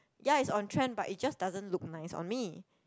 ya is on trend but it just doesn't look nice on me